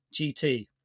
GT